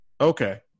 Okay